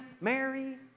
Mary